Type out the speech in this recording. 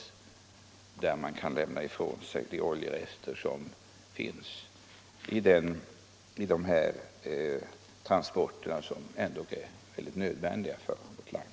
Det måste vara möjligt att lämna ifrån sig oljerester i samband med de här transporterna som ändock är nödvändiga för vårt land.